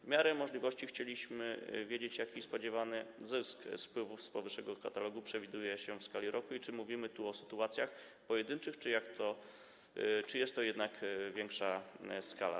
W miarę możliwości chcielibyśmy wiedzieć, jaki spodziewany zysk z wpływów z powyższego katalogu przewiduje się w skali roku i czy mówimy tu o sytuacjach pojedynczych, czy jest to jednak większa skala.